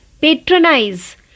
patronize